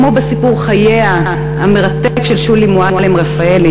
כמו בסיפור חייה המרתק של שולי מועלם-רפאלי,